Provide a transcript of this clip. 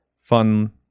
fun